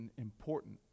important